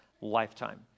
lifetime